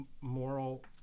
moral